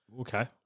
Okay